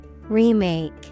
Remake